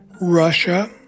Russia